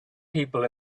people